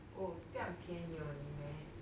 oh 这样便宜 only meh